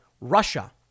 Russia